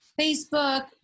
Facebook